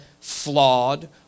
flawed